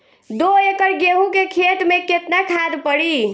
दो एकड़ गेहूँ के खेत मे केतना खाद पड़ी?